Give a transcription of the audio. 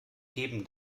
heben